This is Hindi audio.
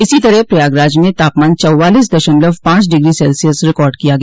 इसी तरह प्रयागराज में तापमान चौवालीस दशमलव पांच डिग्री सेल्सियस रिकार्ड किया गया